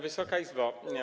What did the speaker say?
Wysoka Izbo!